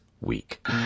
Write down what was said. week